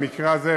במקרה הזה,